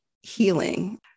healing